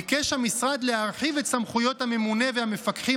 ביקש המשרד להרחיב את סמכויות הממונה והמפקחים